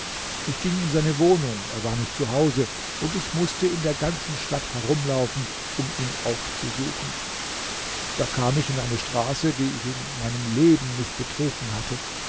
ich ging in seine wohnung er war nicht zu hause und ich mußte in der ganzen stadt herumlaufen um ihn aufzusuchen da kam ich in eine straße die ich in meinem leben nicht betreten hatte